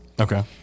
Okay